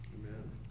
Amen